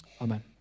amen